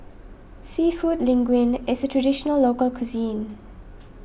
Seafood Linguine is a Traditional Local Cuisine